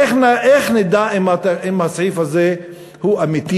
איך נדע אם הסעיף הזה הוא אמיתי,